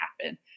happen